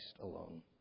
alone